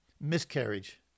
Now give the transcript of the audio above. miscarriage